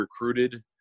recruited